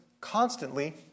constantly